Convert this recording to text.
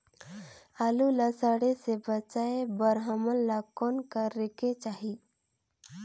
आलू ला सड़े से बचाये बर हमन ला कौन करेके चाही?